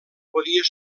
podia